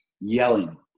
yelling